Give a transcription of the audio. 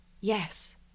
Yes